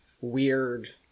weird